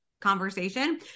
conversation